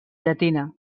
llatina